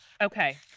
Okay